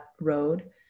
road